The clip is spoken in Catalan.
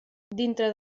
dintre